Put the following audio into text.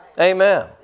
Amen